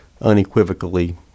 unequivocally